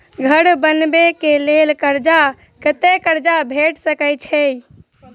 घर बनबे कऽ लेल कर्जा कत्ते कर्जा भेट सकय छई?